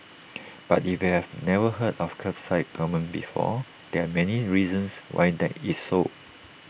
but if you have never heard of Kerbside gourmet before there are many reasons why that is so